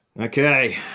Okay